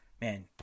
Man